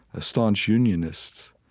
a staunch unionist,